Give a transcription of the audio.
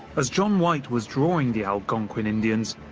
as john white was drawing the algonquin indians,